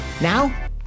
Now